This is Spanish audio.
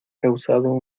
causado